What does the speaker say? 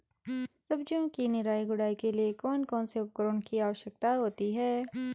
सब्जियों की निराई गुड़ाई के लिए कौन कौन से उपकरणों की आवश्यकता होती है?